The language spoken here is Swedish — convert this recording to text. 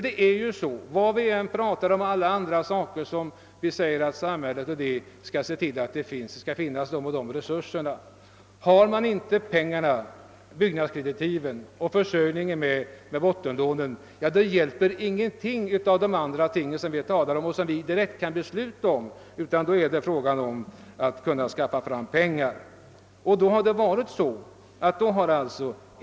Det är med detta spörsmål liksom med alla de andra uppgifter, som vi vill att samhället skall skaffa resurser till, att vi är tvungna att först klara försörjningen med <byggnadskreditiv och bottenlån, ty annars hjälper ingen av de åtgärder som vi direkt kan besluta om.